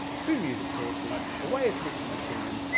two music sources, a way of switching between them,